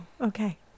okay